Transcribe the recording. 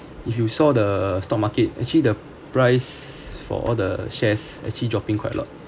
if you saw the stock market actually the price for all the shares actually dropping quite a lot